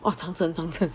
orh 长城长城